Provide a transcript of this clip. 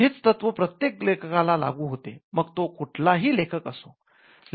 हेच तत्व प्रत्येक लेखकाला लागु होते मग तो कुठलाही लेखक असो